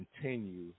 continue